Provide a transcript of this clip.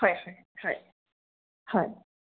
হয় হয় হয় হয়